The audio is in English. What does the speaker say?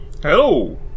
Hello